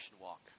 walk